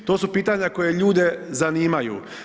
To su pitanja koja ljude zanimaju.